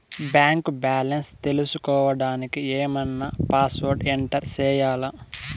Bank balance తెలుసుకోవడానికి ఏమన్నా password enter చేయాలా?